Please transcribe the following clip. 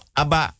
aba